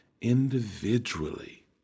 individually